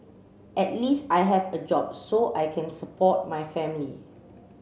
at least I have a job so I can support my family